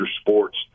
sports